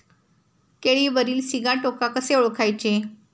केळीवरील सिगाटोका कसे ओळखायचे?